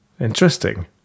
interesting